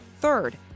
Third